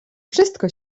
wszystko